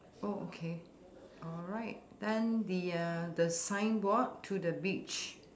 oh okay alright then the uh the signboard to the beach